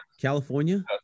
California